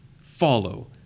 follow